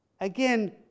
Again